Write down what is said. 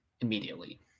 immediately